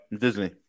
disney